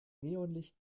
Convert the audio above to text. neonlicht